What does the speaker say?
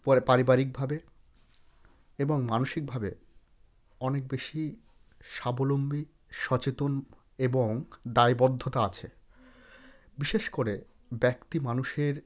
পরে পারিবারিকভাবে এবং মানসিকভাবে অনেক বেশি স্বাবলম্বী সচেতন এবং দায়বদ্ধতা আছে বিশেষ করে ব্যক্তি মানুষের